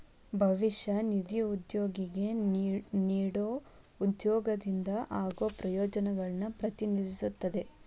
ಭವಿಷ್ಯ ನಿಧಿ ಉದ್ಯೋಗಿಗೆ ನೇಡೊ ಉದ್ಯೋಗದಿಂದ ಆಗೋ ಪ್ರಯೋಜನಗಳನ್ನು ಪ್ರತಿನಿಧಿಸುತ್ತದೆ